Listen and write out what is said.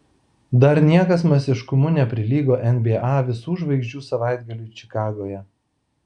dar niekas masiškumu neprilygo nba visų žvaigždžių savaitgaliui čikagoje